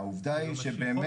והעובדה היא שרק